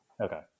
Okay